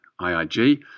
IIG